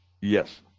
Yes